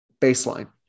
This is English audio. baseline